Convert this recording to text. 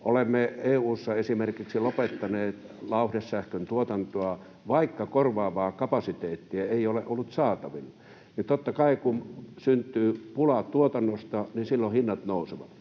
Olemme EU:ssa esimerkiksi lopettaneet lauhdesähkön tuotantoa, vaikka korvaavaa kapasiteettia ei ole ollut saatavilla, ja totta kai kun syntyy pulaa tuotannosta, silloin hinnat nousevat.